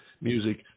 music